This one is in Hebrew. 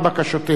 המשפטים.